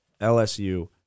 LSU